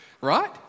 right